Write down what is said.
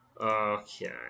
Okay